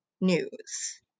news